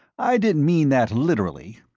i didn't mean that literally.